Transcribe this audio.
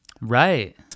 right